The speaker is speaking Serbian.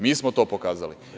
Mi smo to pokazali.